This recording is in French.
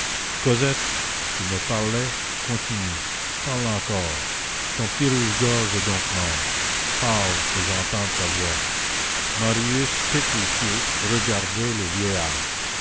cosette tu me parlais continue parle encore ton petit rouge-gorge est donc mort parle que j'entende ta voix marius pétrifié regardait le